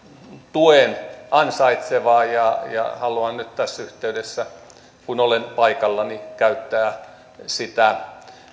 tuen ansaitseva ja ja haluan nyt tässä yhteydessä kun olen paikalla käyttää sitä